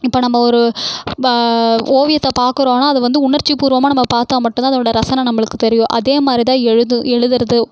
இப்போ நம்ம ஒரு ஓவியத்தை பார்க்குறோம்னா அது வந்து உணர்ச்சி பூர்வமாக நம்ம பார்த்தா மட்டும் தான் அதோடய ரசனை நம்மளுக்கு தெரியும் அதே மாதிரி தான் எழுது எழுதுகிறது